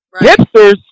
hipsters